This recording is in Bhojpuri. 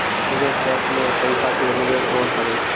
निवेश बैंक में पईसा के निवेश होत हवे